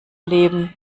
leben